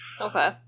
Okay